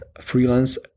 freelance